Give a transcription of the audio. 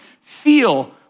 feel